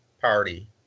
party